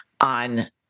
on